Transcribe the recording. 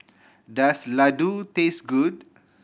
does Ladoo taste good